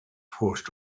forced